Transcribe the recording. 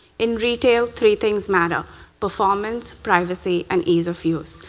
in retail, three things matter performance privacy, and ease of use.